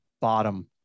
bottom